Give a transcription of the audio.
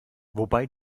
wobei